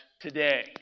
today